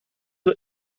wir